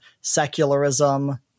secularism